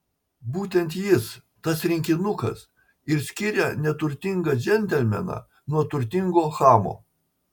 būtent jis tas rinkinukas ir skiria neturtingą džentelmeną nuo turtingo chamo